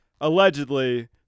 allegedly